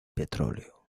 petróleo